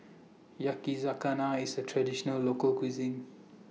Yakizakana IS A Traditional Local Cuisine